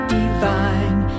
divine